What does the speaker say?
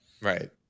right